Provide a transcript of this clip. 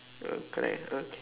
oh correct uh